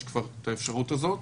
יש כבר את האפשרות הזאת.